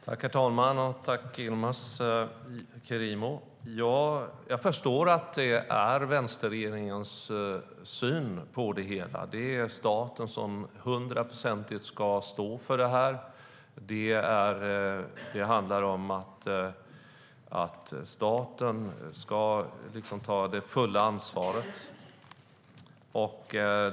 Herr talman! Jag tackar Yilmaz Kerimo. Jag förstår att det är vänsterregeringens syn på det hela. Det är staten som ska stå för detta till 100 procent. Staten ska ta det fulla ansvaret.